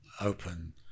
open